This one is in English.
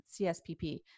CSPP